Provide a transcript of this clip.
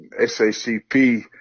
SACP